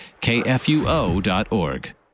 KFUO.org